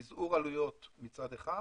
מזעור עלויות מצד אחד,